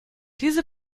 diese